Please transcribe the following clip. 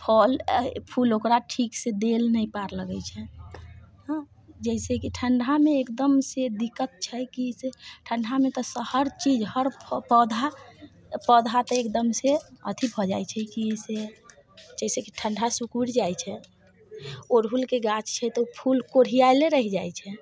फल फूल ओकरा ठीक से देल नहि पार लगै छै हँ जाहिसे कि ठंडामे एकदम से दिक्कत छै कि से ठंडामे तऽ हर चीज हर पौधा पौधाके एकदम से अथि भऽ जाइ छै कि से जाहिसे ठंडा से सिकुरि जाइ छै अरहुलके गाछ छै तऽ फूल कोरियाहैले रैह जाइ छै